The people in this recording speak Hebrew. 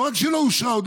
לא רק שהיא לא אושרה, היא